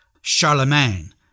Charlemagne